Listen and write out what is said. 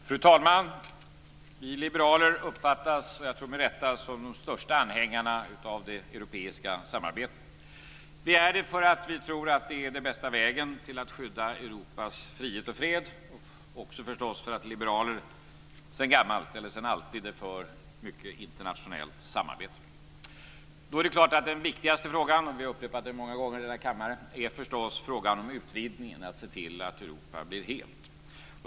Fru talman! Vi liberaler uppfattas, med rätta tror jag, som de största anhängarna av det europeiska samarbetet. Vi är det för att vi tror att det är den bästa vägen till att skydda Europas frihet och fred, och också förstås för att liberaler alltid har varit för mycket internationellt samarbete. Då är det klart att den viktigaste frågan - vi har upprepat den många gånger i denna kammare - är utvidgningen och att se till att Europa blir helt.